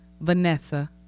Vanessa